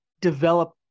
develop